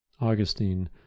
Augustine